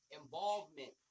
involvement